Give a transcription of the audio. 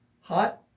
Hot